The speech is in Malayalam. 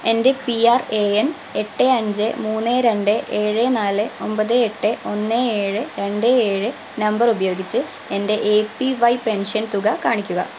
എൻ്റെ പി ആർ എ എൻ എട്ട് അഞ്ച് മൂന്ന് രണ്ട് ഏഴ് നാല് ഒമ്പത് എട്ട് ഒന്ന് ഏഴ് രണ്ട് ഏഴ് നമ്പർ ഉപയോഗിച്ച് എൻ്റെ എ പി വൈ പെൻഷൻ തുക കാണിക്കുക